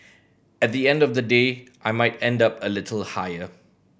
at the end of the day I might end up a little higher